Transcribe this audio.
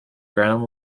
ground